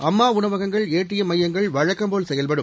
அம்மா உணவகங்கள் ATM மையங்கள் வழக்கம்போல் செயல்படும்